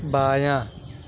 بایاں